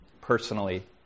personally